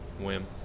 whim